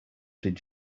did